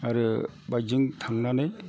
आरो बाइकजों थांनानै